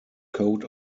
coat